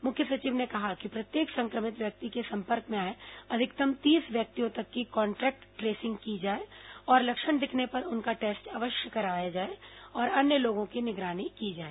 मुख्य सचिव ने कहा कि प्रत्येक संक्रमित व्यक्ति के संपर्क में आए अधिकतम तीस व्यक्तियों तक की कॉन्ट्रेक्ट ट्रेसिंग की जाए और लक्षण दिखने पर उनका टेस्ट अवश्य कराया जाए और अन्य लोगों की निगरानी की जाए